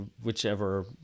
whichever